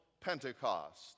Pentecost